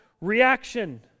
reaction